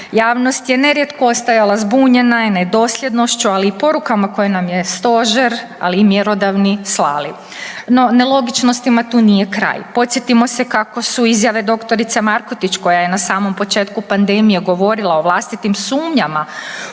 Javnost je nerijetko ostajala zbunjena nedosljednošću, ali i porukama koje nam je stožer, ali i mjerodavni slali. No nelogičnostima tu nije kraj. Podsjetimo se kako su izjave dr. Markotić koja je na samom početku pandemije govorila o vlastitim sumnjama